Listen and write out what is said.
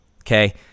Okay